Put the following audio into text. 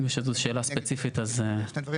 אם יש איזה שאלה ספציפית אז נענה.